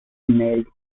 mailed